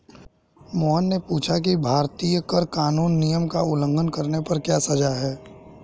मोहन ने पूछा कि भारतीय कर कानून नियम का उल्लंघन करने पर क्या सजा है?